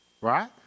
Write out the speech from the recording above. right